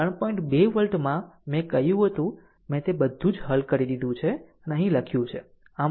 2 volt મેં કહ્યું હતું કે મેં તે બધું જ હલ કરી દીધું છે અહીં બધું લખ્યું છે